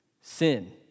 sin